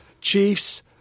Chiefs